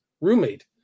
roommate